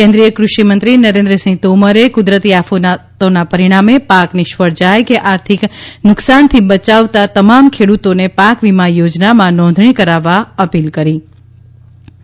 કેન્દ્રીય કૃષિમંત્રી નરેન્દ્રસિંહ તોમરે કુદરતી આફતોના પરિણામે પાક નિષ્ફળ જાય કે આર્થિક નુકસાનથી બચવાતમામ ખેડુતોને પાક વીમા યોજનામાં નોંધણી કરાવવા અપીલ કરી છે